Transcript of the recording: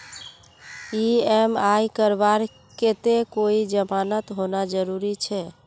EMI करवार केते कोई जमानत होना जरूरी छे?